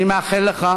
אני מאחל לך